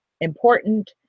important